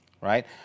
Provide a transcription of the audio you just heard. Right